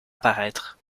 apparaître